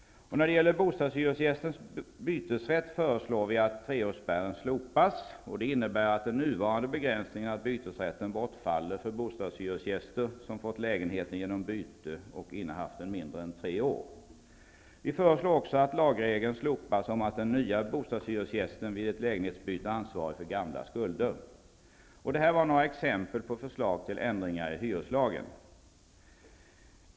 När det gäller bostadshyresgästens bytesrätt föreslår vi att treårsspärren slopas. Det innebär att den nuvarande begränsningen av bytesrätten bortfaller för bostadshyresgäster som fått lägenheten genom byte och innehaft den mindre än tre år. Vi föreslår också en slopning av lagregeln om att den nya bostadshyresgästen vid ett lägenhetsbyte är ansvarig för gamla skulder. Det var några exempel på förslag till ändringar i hyreslagen.